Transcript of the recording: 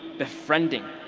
befriending,